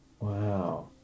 Wow